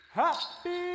Happy